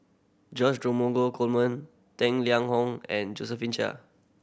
George Dromgold Coleman Tang Liang Hong and Josephine Chia